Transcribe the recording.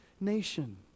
nation